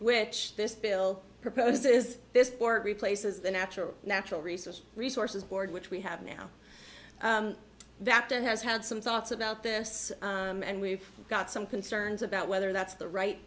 which this bill proposes is this or replaces the natural natural resource resources board which we have now that that has had some thoughts about this and we've got some concerns about whether that's